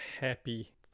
happy